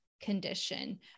condition